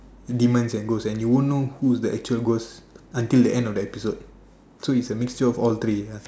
demons and ghost and you wont know who's the actual ghost until the end of the episode so its a mixture of all three ya